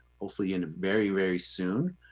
hopefully in a very, very soon.